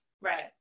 Right